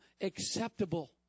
acceptable